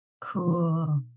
cool